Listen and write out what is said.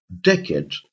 decade